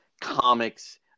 comics